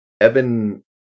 evan